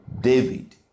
David